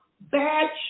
bad